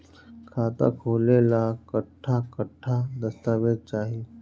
खाता खोले ला कट्ठा कट्ठा दस्तावेज चाहीं?